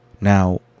Now